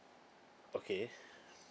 okay